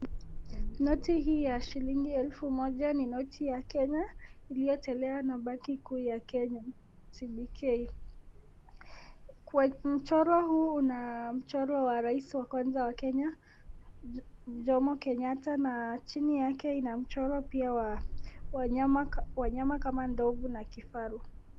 Noti hii ya shilingi elfu moja ni noti ya Kenya iliyotolewa na banki kuu ya Kenya, CPK,kwa mchoro huu una mchoro wa rais wa kwanza wa Kenya Jomo Kenyatta na chini yake ina mchoro pia wa wanyama kama ndovu na kifaru.